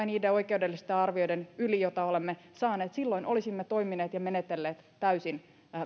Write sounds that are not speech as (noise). (unintelligible) niiden oikeudellisten arvioiden yli joita olemme saaneet silloin olisimme toimineet ja menetelleet täysin